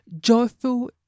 joyful